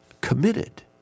committed